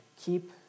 keep